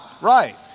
Right